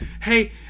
hey